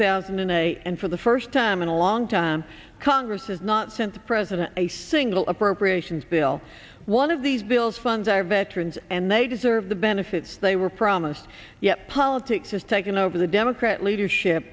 thousand and eight and for the first time in a long time congress has not sent the president a single appropriations bill one of these bills funds our veterans and they deserve the benefits they were promised yet politics has taken over the democrat leadership